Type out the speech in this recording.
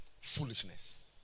foolishness